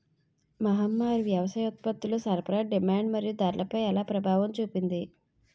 మహమ్మారి వ్యవసాయ ఉత్పత్తుల సరఫరా డిమాండ్ మరియు ధరలపై ఎలా ప్రభావం చూపింది?